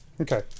Okay